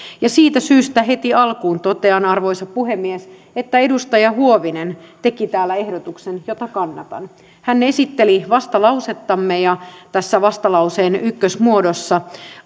siitä syystä heti alkuun totean arvoisa puhemies että edustaja huovinen teki täällä ehdotuksen jota kannatan hän esitteli vastalausettamme ja tässä vastalauseen ykkösmuodossa